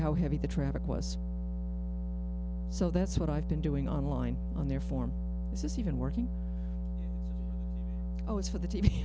how heavy the traffic was so that's what i've been doing online on their form it's even working but it's for the t